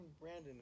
Brandon